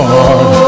Lord